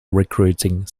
recruiting